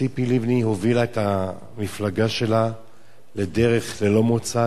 ציפי לבני הובילה את המפלגה שלה לדרך ללא מוצא,